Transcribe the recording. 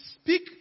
speak